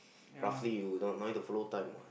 roughly you don't need to follow time what